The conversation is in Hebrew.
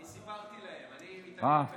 אני סיפרתי להם, אני מתעניין בך.